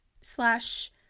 slash